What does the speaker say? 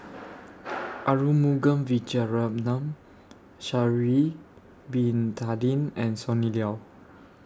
Arumugam Vijiaratnam Sha'Ari Bin Tadin and Sonny Liew